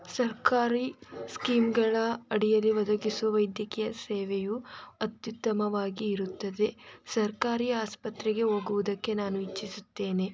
ಸರ್ಕಾರಿ ಸ್ಕೀಮ್ಗಳ ಅಡಿಯಲ್ಲಿ ಒದಗಿಸುವ ವೈದ್ಯಕೀಯ ಸೇವೆಯು ಅತ್ಯುತ್ತಮವಾಗಿ ಇರುತ್ತದೆ ಸರ್ಕಾರಿ ಆಸ್ಪತ್ರೆಗೆ ಹೋಗುವುದಕ್ಕೆ ನಾನು ಇಚ್ಛಿಸುತ್ತೇನೆ